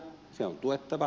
se on tuettava